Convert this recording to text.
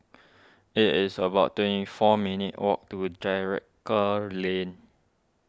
it is about twenty four minutes' walk to Drake Lane